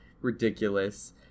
ridiculous